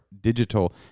digital